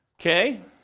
Okay